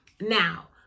Now